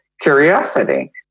curiosity